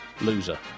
loser